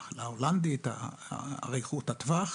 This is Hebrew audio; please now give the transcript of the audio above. המחלה ההולנדית, אריכות הטווח,